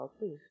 please